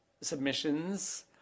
submissions